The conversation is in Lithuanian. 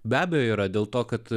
be abejo yra dėl to kad